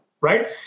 Right